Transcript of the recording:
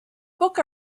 book